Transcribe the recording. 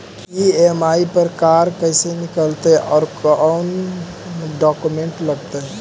EMI पर car कैसे मिलतै औ कोन डाउकमेंट लगतै?